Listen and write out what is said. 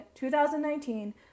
2019